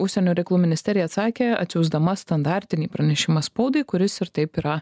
užsienio reikalų ministerija atsakė atsiųsdama standartinį pranešimą spaudai kuris ir taip yra